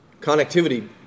connectivity